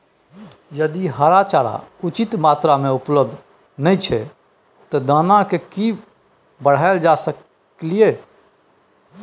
यदि हरा चारा उचित मात्रा में उपलब्ध नय छै ते दाना की मात्रा बढायल जा सकलिए?